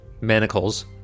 Manacles